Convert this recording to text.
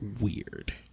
weird